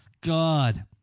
god